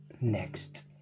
Next